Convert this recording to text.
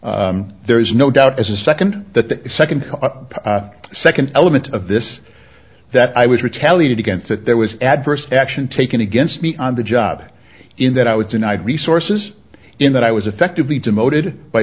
there is no doubt as a second that the second a second element of this that i was retaliated against that there was adverse action taken against me on the job in that i was denied resources in that i was effectively demoted by